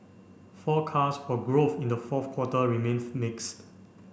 forecasts for growth in the fourth quarter remain mixed